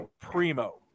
primo